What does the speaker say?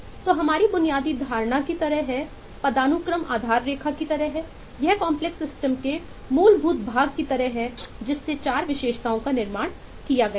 तो यह हमारी बुनियादी धारणा की तरह है पदानुक्रम आधार रेखा की तरह है यह कांपलेक्स सिस्टम के मूलभूत भाग की तरह है जिससे शेष 4 विशेषताओं का निर्माण किया गया है